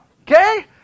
Okay